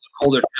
colder